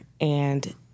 and-